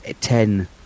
ten